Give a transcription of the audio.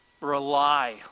Rely